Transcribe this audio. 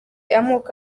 amoko